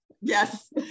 Yes